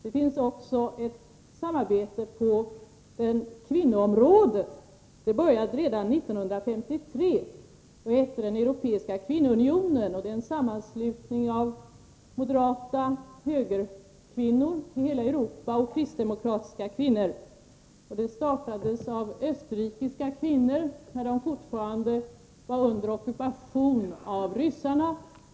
Det finns också ett samarbete på kvinnoområdet, och organet för detta heter Europeiska kvinnounionen. Den började redan 1953 och är en sammanslutning av moderata, högersinnade och kristdemokratiska kvinnor i hela Europa. Organisationen startades av österrikiska kvinnor när deras land fortfarande var under ockupation av ryssarna.